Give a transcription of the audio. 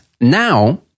Now